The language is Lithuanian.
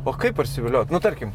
o kaip parsiviliot nu tarkim